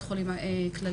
ראשית, לא אאריך בדברים.